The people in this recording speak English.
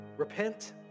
Repent